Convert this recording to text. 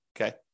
okay